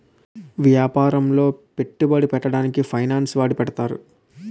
యాపారములో పెట్టుబడి పెట్టడానికి ఫైనాన్స్ వాడి పెడతారు